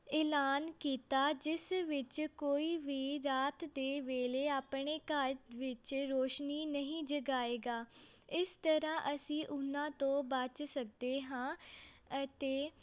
ਐਲਾਨ ਕੀਤਾ ਜਿਸ ਵਿੱਚ ਕੋਈ ਵੀ ਰਾਤ ਦੇ ਵੇਲੇ ਆਪਣੇ ਘਰ ਵਿੱਚ ਰੋਸ਼ਨੀ ਨਹੀਂ ਜਗਾਏਗਾ ਇਸ ਤਰ੍ਹਾਂ ਅਸੀਂ ਉਹਨਾਂ ਤੋਂ ਬਚ ਸਕਦੇ ਹਾਂ ਅਤੇ